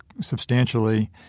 substantially